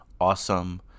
awesome